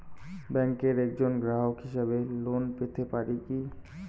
ব্যাংকের একজন গ্রাহক হিসাবে লোন পেতে পারি কি?